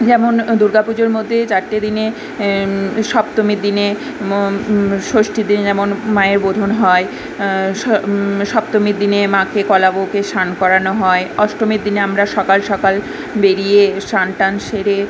যেমন দুর্গা পুজোর মধ্যে চারটে দিনে সপ্তমীর দিনে ষষ্ঠীতে যেমন মায়ের বোধন হয় সপ্তমীর দিনে মাকে কলা বউকে স্নান করানো হয় অষ্টমীর দিনে আমরা সকাল সকাল বেরিয়ে স্নান টান সেরে